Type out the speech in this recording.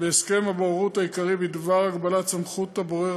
בהסכם הבוררות העיקרי בדבר הגבלת סמכות הבורר